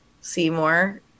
Seymour